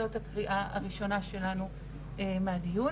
זאת הקריאה הראשונה שלנו מהדיון.